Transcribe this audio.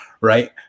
right